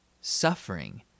suffering